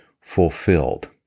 fulfilled